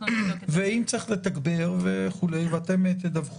אם צריך לתגבר אתם תדווחו.